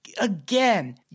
again